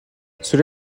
cela